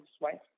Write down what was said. right